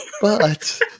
but-